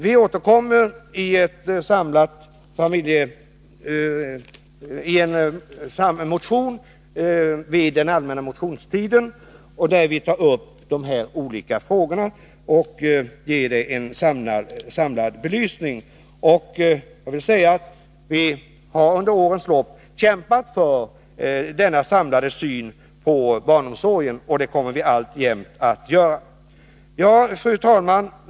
Vi återkommer med en motion under den allmänna motionstiden, där vi kommer att ta upp de här olika frågorna och ge dem en samlad belysning. Vi har under årens lopp kämpat för denna samlade syn på barnomsorgen, och det kommer vi alltjämt att göra. Fru talman!